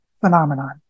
phenomenon